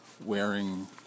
wearing